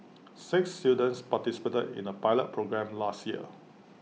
six students participated in A pilot programme last year